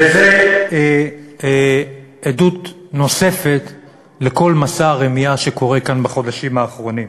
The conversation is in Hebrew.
זו עדות נוספת לכל מסע הרמייה שקורה כאן בחודשים האחרונים.